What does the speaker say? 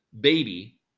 baby